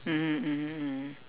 mmhmm mmhmm mmhmm